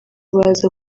baza